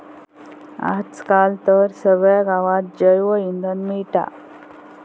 आज काल तर सगळ्या गावात जैवइंधन मिळता